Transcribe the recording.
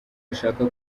ashaka